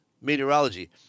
meteorology